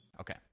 Okay